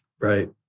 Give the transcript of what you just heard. Right